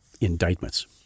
indictments